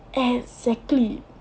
exactly